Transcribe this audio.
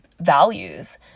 values